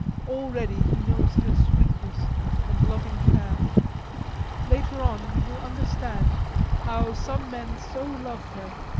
already he knows her sweetness and loving care later on he will understand how some men so loved her,